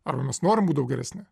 ar mes norim būt daug geresni